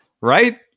Right